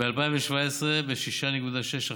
ב-2017, ב-6.6%,